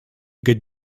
got